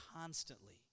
constantly